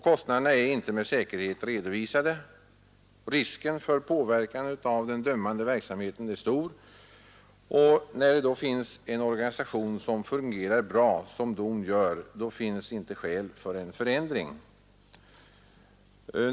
Kostnaderna är inte med säkerhet redovisade, och risken för påverkan av den dömande verksamheten stor. När det finns en organisation som fungerar bra, som DON gör, finnes ej skäl för en förändring.